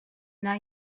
now